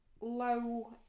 Low